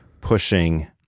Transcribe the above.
pushing